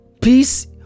peace